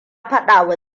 fadawa